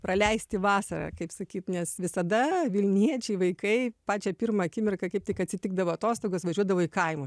praleisti vasarą kaip sakyt nes visada vilniečiai vaikai pačią pirmą akimirką kaip tik atsitikdavo atostogos važiuodavo į kaimus